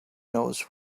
knows